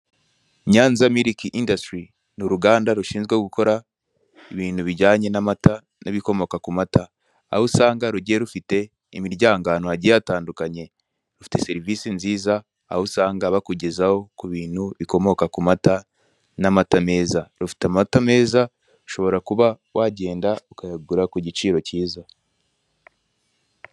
Nyanza miriki indasitiri, ni uruganda rushinzwe gukora ibintu bijyanye n'amata n'ibikomoka ku mata, aho usanga rugiye rufite imiryango ahantu hagiye hatandukanye. Rufite serivisi nziza aho usanga bakugezaho ku bintu bikomoka ku mata n'amata meza. Rufite amata meza, ushobora kuba wajyenda ukayagura ku giciro cyiza.